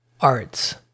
arts